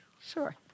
Sure